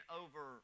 over